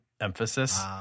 emphasis